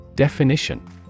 Definition